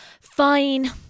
Fine